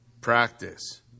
Practice